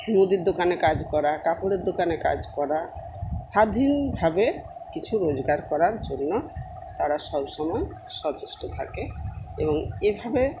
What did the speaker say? মুদির দোকানে কাজ করা কাপড়ের দোকানে কাজ করা স্বাধীনভাবে কিছু রোজগার করার জন্য তারা সব সময়ে সচেষ্ট থাকে এবং এভাবে